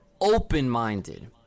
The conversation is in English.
open-minded